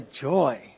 joy